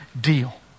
deal